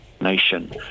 nation